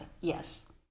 yes